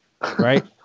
Right